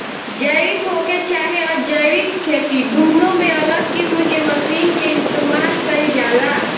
जैविक होखे चाहे अजैविक खेती दुनो में अलग किस्म के मशीन के इस्तमाल कईल जाला